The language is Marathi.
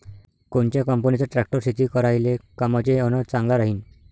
कोनच्या कंपनीचा ट्रॅक्टर शेती करायले कामाचे अन चांगला राहीनं?